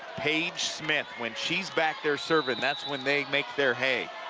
paige smith, when she's back there serving, that's when they make their hay.